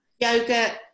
yoga